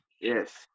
yes